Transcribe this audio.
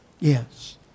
Yes